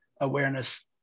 awareness